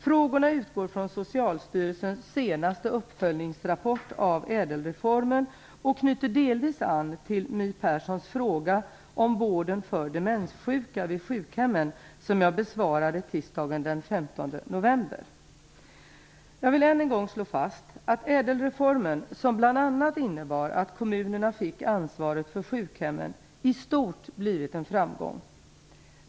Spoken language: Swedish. Frågorna utgår från Socialstyrelsens senaste uppföljningsrapport av ÄDEL-reformen och knyter delvis an till My Perssons fråga om vården för demenssjuka vid sjukhemmen som jag besvarade tisdagen den 15 Jag vill än en gång slå fast att ÄDEL-reformen, som bl.a. innebar att kommunerna fick ansvaret för sjukhemmen, i stort blivit en framgång.